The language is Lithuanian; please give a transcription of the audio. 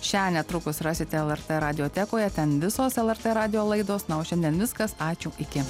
šią netrukus rasite lrt raditekoje ten visos lrt radijo laidos na o šiandien viskas ačiū iki